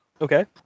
Okay